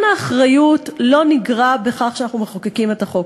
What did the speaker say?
ובכל זאת באנו לייסד את החוק הזה,